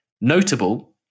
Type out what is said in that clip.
Notable